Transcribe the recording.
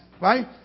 right